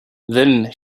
then